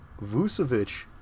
Vucevic